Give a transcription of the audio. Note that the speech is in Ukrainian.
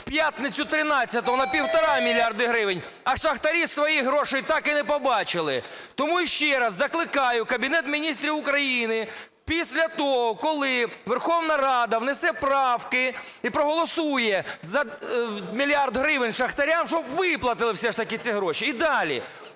у п'ятницю 13-го на 1,5 мільярда гривень, а шахтарі своїх грошей так і не побачили. Тому ще раз закликаю Кабінет Міністрів України після того, коли Верховна Рада внесе правки і проголосує за 1 мільярд гривень шахтарям, щоб виплатили все ж таки ці гроші. І далі.